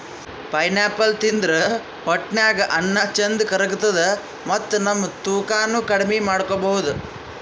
pineapple ತಿಂದ್ರ್ ಹೊಟ್ಟ್ಯಾಗ್ ಅನ್ನಾ ಚಂದ್ ಕರ್ಗತದ್ ಮತ್ತ್ ನಮ್ ತೂಕಾನೂ ಕಮ್ಮಿ ಮಾಡ್ಕೊಬಹುದ್